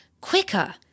quicker